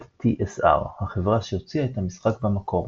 את TSR, החברה שהוציאה את המשחק במקור.